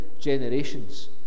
generations